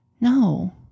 No